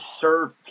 serve